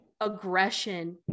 aggression